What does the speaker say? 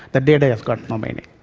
that data has got no meaning.